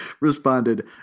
responded